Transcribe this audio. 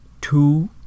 two